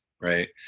Right